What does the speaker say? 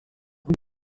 rue